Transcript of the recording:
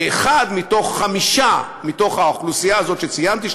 שאחד מתוך חמישה מתוך האוכלוסייה הזאת שציינתי,